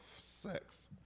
sex